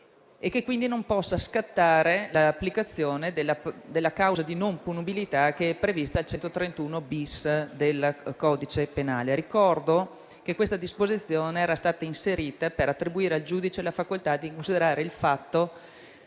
e che quindi non possa scattare l'applicazione della causa di non punibilità che è prevista all'articolo 131-*bis* del codice penale. Ricordo che questa disposizione era stata inserita per attribuire al giudice la facoltà di considerare il fatto